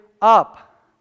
up